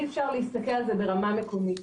אי אפשר להסתכל על זה ברמה מקומית.